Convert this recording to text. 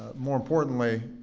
more importantly,